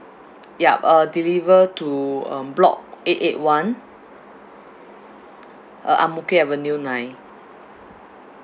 yup uh deliver to um block eight eight one uh ang mo kio avenue nine